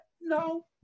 No